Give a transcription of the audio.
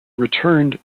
returned